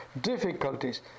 difficulties